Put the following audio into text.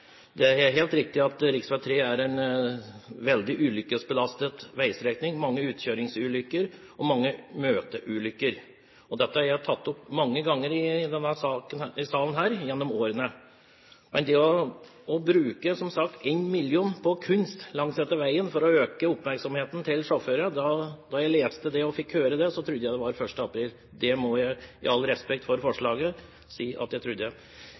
Det er helt riktig at rv. 3 er en veldig ulykkesbelastet veistrekning, med mange utkjøringsulykker og mange møteulykker. Dette har jeg tatt opp mange ganger i denne salen gjennom årene. Men da jeg fikk høre om det å bruke 1 mill. kr på kunst langs veien for å øke oppmerksomheten til sjåførene, trodde jeg det var 1. april – det må jeg med all respekt for forslaget si at jeg trodde. Jeg har stor respekt for Vegvesenet og den trafikksikkerheten de driver med, men jeg tror dette er totalt skivebom. Jeg